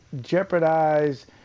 jeopardize